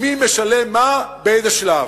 מי משלם מה באיזה שלב.